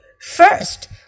First